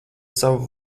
savu